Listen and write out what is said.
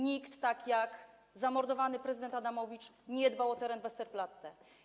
Nikt tak jak zamordowany prezydent Adamowicz nie dbał o teren Westerplatte.